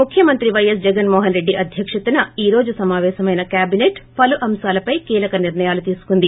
ముఖ్యమంత్రి పైఎస్ జగన్మోహన్రెడ్డి అధ్యక్షతన ఈ రోజు సమావేశమైన కేబిసెట్ పలు అంశాలపై కీలక నిర్ణయాలు తీసుకుంది